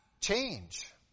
change